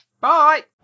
Bye